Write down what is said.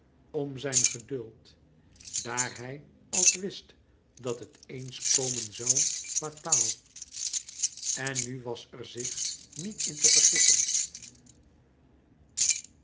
om zijn geduld daar hij als wist dat het éens komen zoû fataal en nu was er zich niet in te vergissen